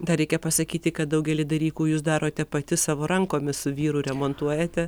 dar reikia pasakyti kad daugelį dalykų jūs darote pati savo rankomis su vyru remontuojate